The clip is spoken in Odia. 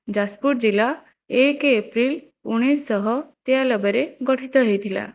ଯାଜପୁର ଜିଲ୍ଲା ଏକ ଏପ୍ରିଲ ଉଣେଇଶଶହ ତେୟାନବେରେ ଗଠିତ ହୋଇଥିଲା